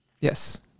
Yes